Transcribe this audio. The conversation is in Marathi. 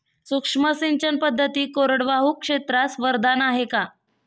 सूक्ष्म सिंचन पद्धती कोरडवाहू क्षेत्रास वरदान आहे का?